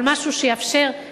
אבל משהו שיאפשר,